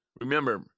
Remember